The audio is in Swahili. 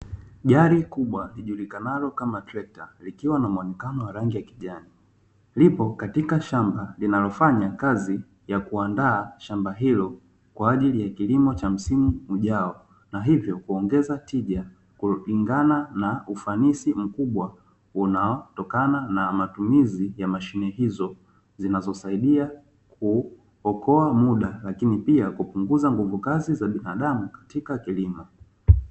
Gari kubwa lijulikanalo kama trekta likiwa na mwonekano wa rangi ya kijani, lipo katika shamba linalofanya kazi ya kuandaa shamba hilo kwa ajili ya kilimo cha msimu ujao, na hivyo kuongeza tija kulingana na ufanisi mkubwa unatokana na matumizi ya mashine hizo zinazosaidia kuokoa muda, lakini pia kupunguza nguvu kazi za binadamu katika kilimo.